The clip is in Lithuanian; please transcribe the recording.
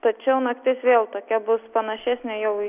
tačiau naktis vėl tokia bus panašesnė jau į